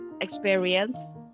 experience